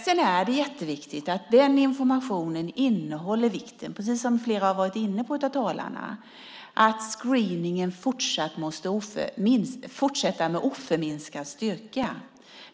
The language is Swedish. Det är jätteviktigt att den informationen innehåller vikten av, precis som flera av talarna har varit inne på, att screeningen måste fortsätta med oförminskad styrka.